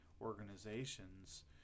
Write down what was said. organizations